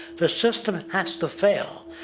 the system has to fail,